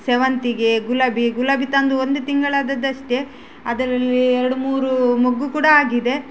ಸೆವಂತಿಗೆ ಗುಲಾಬಿ ಗುಲಾಬಿ ತಂದು ಒಂದು ತಿಂಗಳಾದದ್ದಷ್ಟೆ ಅದರಲ್ಲಿ ಎರ್ಡು ಮೂರು ಮೊಗ್ಗು ಕೂಡ ಆಗಿದೆ